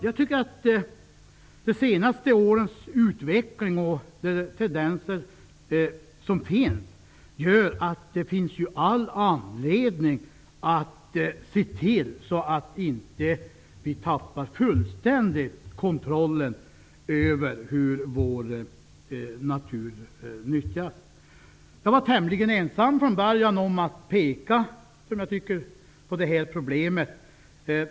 Jag tycker att de senaste årens utveckling och tendenser gör att det finns all anledning att se till att vi inte fullständigt tappar kontrollen över hur vår natur nyttjas. Jag var tämligen ensam från början om att peka på det här problemet.